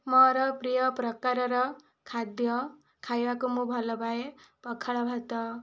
ମୋର ପ୍ରିୟ ପ୍ରକାରର ଖାଦ୍ୟ ଖାଇବାକୁ ମୁଁ ଭଲପାଏ ପଖାଳ ଭାତ